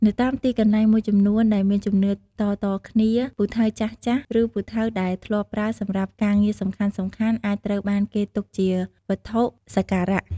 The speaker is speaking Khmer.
នៅតាមទីកន្លែងមួយចំនួនដែលមានជំនឿតៗគ្នា ពូថៅចាស់ៗ ឬពូថៅដែលធ្លាប់ប្រើសម្រាប់ការងារសំខាន់ៗ អាចត្រូវបានគេទុកជាវត្ថុសក្ការៈ។